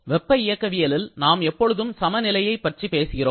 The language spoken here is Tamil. வெப்ப இயக்கவியல் நாம் எப்பொழுதும் சமநிலையை பற்றி பேசுகிறோம்